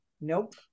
Nope